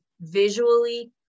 visually